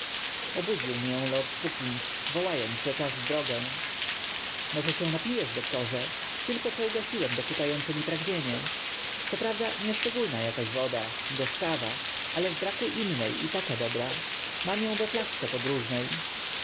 obudził mię lord puckins wołając że czas w drogę może się napijesz doktorze tylko co ugasiłem dokuczające mi pragnienie coprawda nieszczególna jakaś woda gorzkawa ale w braku innej i taka dobra mam ją we flaszce podróżnej